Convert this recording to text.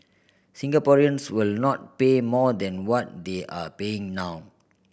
Singaporeans will not pay more than what they are paying now